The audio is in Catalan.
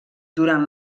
durant